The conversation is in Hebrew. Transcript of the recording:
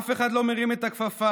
אף אחד לא מרים את הכפפה.